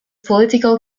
political